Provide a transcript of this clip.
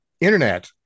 internet